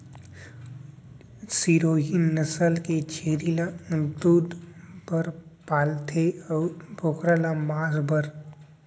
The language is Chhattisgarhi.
सिरोही नसल के छेरी ल दूद बर पालथें अउ बोकरा ल मांस बर